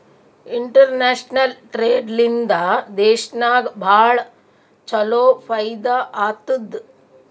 international trade ಲಿಂದಾ ದೇಶನಾಗ್ ಭಾಳ ಛಲೋ ಫೈದಾ ಆತ್ತುದ್